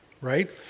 right